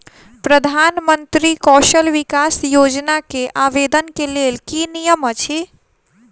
प्रधानमंत्री कौशल विकास योजना केँ आवेदन केँ लेल की नियम अछि?